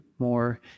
more